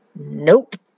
Nope